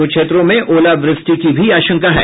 कुछ क्षेत्रों में ओलावृष्टि की भी आशंका है